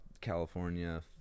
California